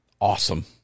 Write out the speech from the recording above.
awesome